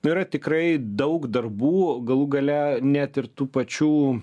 tai yra tikrai daug darbų galų gale net ir tų pačių